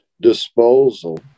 disposal